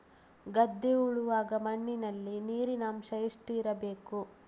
ಗದ್ದೆ ಉಳುವಾಗ ಮಣ್ಣಿನಲ್ಲಿ ನೀರಿನ ಅಂಶ ಎಷ್ಟು ಇರಬೇಕು?